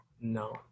no